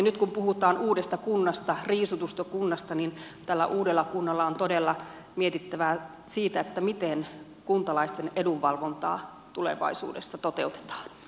nyt kun puhutaan uudesta kunnasta riisutusta kunnasta tällä uudella kunnalla on todella mietittävää siitä miten kuntalaisten edunvalvontaa tulevaisuudessa toteutetaan